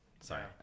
Sorry